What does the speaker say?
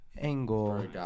angle